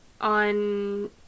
on